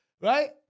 right